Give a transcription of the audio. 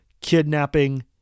kidnapping